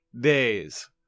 days